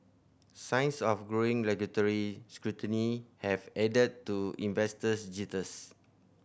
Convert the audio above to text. signs of growing regulatory scrutiny have added to investors jitters